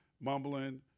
mumbling